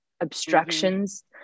obstructions